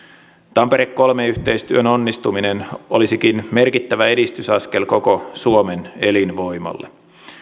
tampere kolme yhteistyön onnistuminen olisikin merkittävä edistysaskel koko suomen elinvoimalle